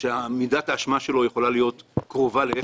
שמידת האשמה שלו יכולה להיות קרובה לאפס -- זה